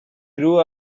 grew